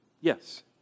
yes